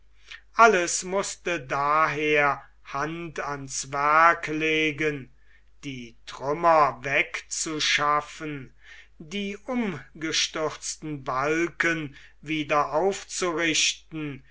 alles mußte daher hand ans werk legen die trümmer wegzuschaffen die umgestürzten balken wieder aufzurichten